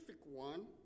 one